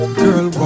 girl